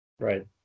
Right